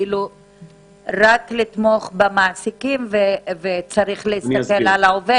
רק לתמוך במעסיקים וצריך להסתכל על העובד.